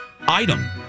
item